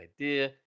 idea